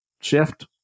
shift